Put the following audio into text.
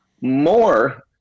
more